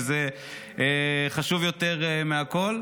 שזה חשוב יותר מהכול.